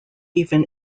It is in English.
even